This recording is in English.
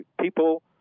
people